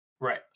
Right